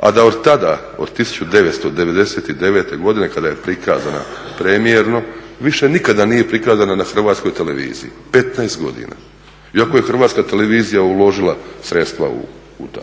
A da od tada, od 1999.godine kada je prikazan premijerno više nikada nije prikazana na Hrvatskoj televiziji, 15 godina, iako je Hrvatska televizija uložila sredstava u to.